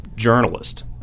Journalist